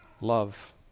love